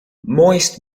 moist